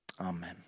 Amen